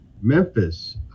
Memphis